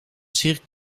cirque